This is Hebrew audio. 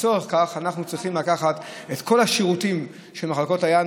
לצורך זה אנחנו צריכים לקחת את כל השירותים של מחלקות הים,